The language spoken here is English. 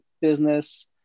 business